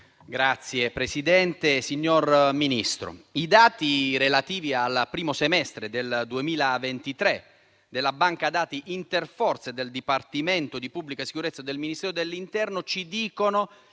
*(FI-BP-PPE)*. Signor Ministro, i dati relativi al primo semestre del 2023 della banca dati interforze del dipartimento di pubblica sicurezza del Ministero dell'interno ci dicono